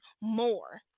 more